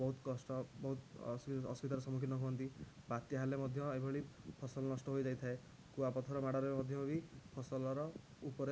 ବହୁତ କଷ୍ଟ ବହୁତ ଅସୁବିଧାର ସମ୍ମୁଖୀନ ହୁଅନ୍ତି ବାତ୍ୟା ହେଲେ ମଧ୍ୟ ଏଭଳି ଫସଲ ନଷ୍ଟ ହୋଇଯାଇଥାଏ କୁଆପଥର ମାଡ଼ରେ ମଧ୍ୟ ବି ଫସଲର ଉପରେ